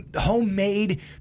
homemade